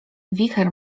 wicher